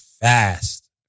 fast